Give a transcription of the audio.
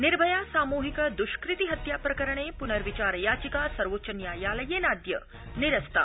निर्भया सामूहिक दृष्कृति हत्या प्रकरणे पुनर्विचार याचिका सर्वोच्च न्यायालयेनाद्य निरस्ता